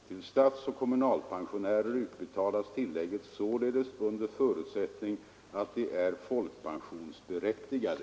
Till statsoch kommunalpensionärer utbetalas tillägget således under förutsättning att de är folkpensionsberättigade.